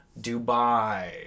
Dubai